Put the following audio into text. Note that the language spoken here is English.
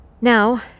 Now